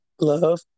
love